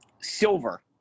silver